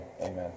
amen